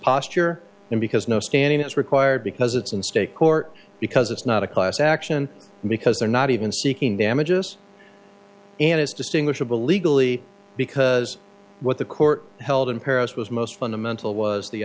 posture and because no scanning is required because it's in state court because it's not a class action because they're not even seeking damages and it's distinguishable legally because what the court held in paris was most fundamental was the